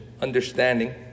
understanding